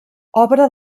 obra